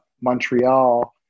Montreal